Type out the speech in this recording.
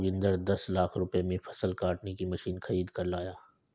जोगिंदर दस लाख रुपए में फसल काटने की मशीन खरीद कर लाया